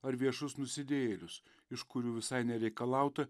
ar viešus nusidėjėlius iš kurių visai nereikalauta